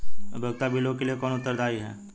उपयोगिता बिलों के लिए कौन उत्तरदायी है?